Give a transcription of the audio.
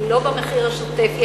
זה לא במחיר השוטף.